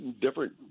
different